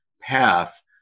path